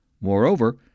Moreover